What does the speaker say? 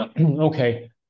Okay